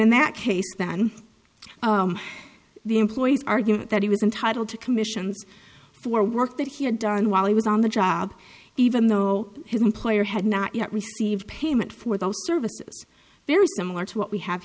that case than the employee's argument that he was entitled to commissions for work that he had done while he was on the job even though his employer had not yet received payment for those services very similar to what we have